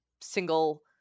single